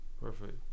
perfect